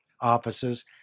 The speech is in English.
offices